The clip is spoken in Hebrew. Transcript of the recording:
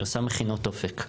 היא עושה מכינות אופק.